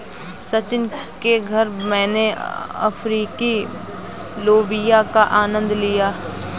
संचित के घर मैने अफ्रीकी लोबिया का आनंद लिया